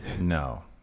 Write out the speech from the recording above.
No